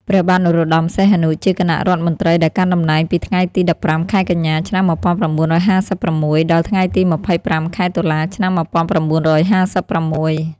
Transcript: ព្រះបាទនរោត្តម សីហនុ ជាគណៈរដ្ឋមន្ត្រីដែលកាន់តំណែងពីថ្ងៃទី១៥ ខែកញ្ញា ឆ្នាំ១៩៥៦ ដល់ថ្ងៃទី ២៥ ខែតុលា ឆ្នាំ១៩៥៦។